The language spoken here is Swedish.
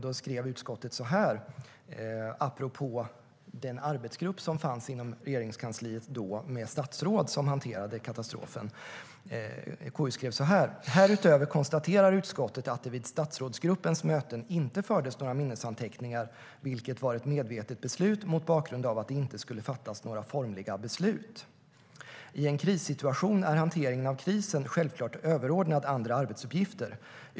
Där skrev utskottet så här apropå den arbetsgrupp som fanns inom Regeringskansliet då, med statsråd som hanterade katastrofen: "Härutöver konstaterar utskottet att det vid statsrådsgruppens möten inte fördes några minnesanteckningar, vilket var ett medvetet beslut mot bakgrund av att det inte skulle fattas några formliga beslut. I en krissituation är hanteringen av krisen självklart överordnad andra arbetsuppgifter.